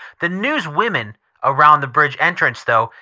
the newswomen around the bridge entrance, though,